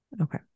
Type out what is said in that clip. Okay